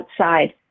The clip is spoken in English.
outside